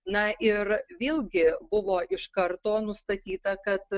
na ir vėlgi buvo iš karto nustatyta kad